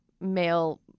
male